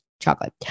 chocolate